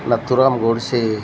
Nathuram Godse